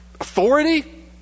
Authority